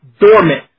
dormant